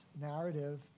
narrative